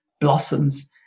blossoms